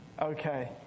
Okay